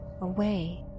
away